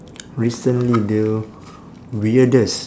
recently the weirdest